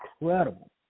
incredible